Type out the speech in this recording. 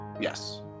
Yes